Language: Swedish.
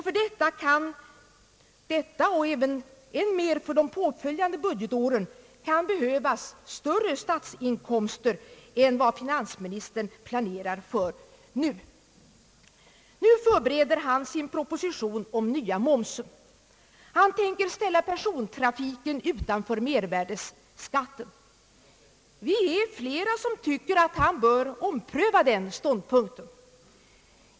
För detta budgetår och än mer för de påföljande budgetåren kan sålunda behövas större statsinkomster än vad finansministern planerar för nu. Nu förbereder finansministern sin proposition om nya momsen. Han tänker ställa persontrafiken utanför mervärdeskatten. Vi är flera som tycker att han bör ompröva den ståndpunkten.